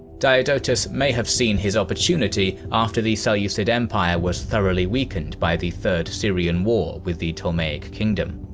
diodotus may have seen his opportunity, after the seleucid empire was thoroughly weakened by the third syrian war with the ptolemaic kingdom.